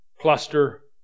cluster